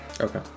Okay